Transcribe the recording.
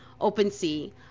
OpenSea